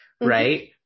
right